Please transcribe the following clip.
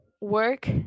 Work